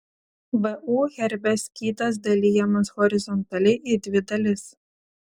vu herbe skydas dalijamas horizontaliai į dvi dalis